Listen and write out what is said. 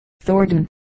Thornton